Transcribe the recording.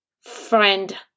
friend